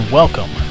welcome